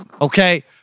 okay